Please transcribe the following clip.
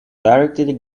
directed